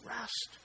rest